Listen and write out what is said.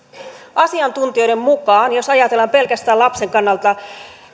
asiantuntijoiden mukaan jos ajatellaan pelkästään lapsen kannalta